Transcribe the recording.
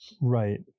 Right